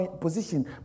position